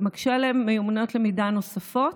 ומקשה עליהם במיומנויות למידה נוספות,